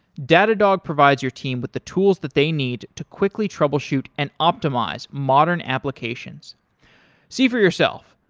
datadog provides your team with the tools that they need to quickly troubleshoot and optimize modern applications see for yourself.